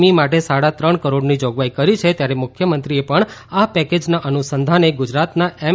ઈ માટે સાડા ત્રણ કરોડની જોગવાઇ કરી છે ત્યારે મુખ્યમંત્રીએ પણ આ પેકેજ અનુસંધાને ગુજરાતના એમ